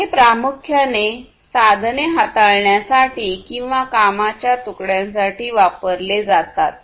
हे प्रामुख्याने साधने हाताळण्यासाठी आणि कामाच्या तुकड्यांसाठी वापरले जातात